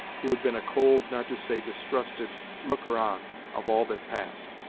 who had been a cold, not to say distrusted, looker-on of all that passed.